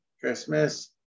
Christmas